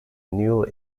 new